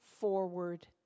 forward